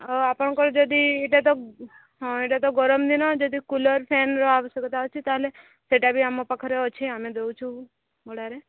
ଆପଣଙ୍କର ଯଦି ଏଇଟା ତ ହଁ ଏଇଟା ତ ଗରମ ଦିନ ଯଦି କୁଲର୍ ଫ୍ୟାନ୍ର ଆବଶ୍ୟକତା ଅଛି ତା'ହେଲେ ସେଇଟା ବି ଆମ ପାଖରେ ଅଛି ଆମେ ଦେଉଛୁ ଭଡ଼ାରେ